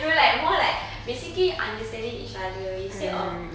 no like more like basically understanding each other instead of